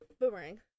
boomerang